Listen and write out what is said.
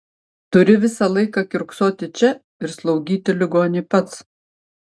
turi visą laiką kiurksoti čia ir slaugyti ligonį pats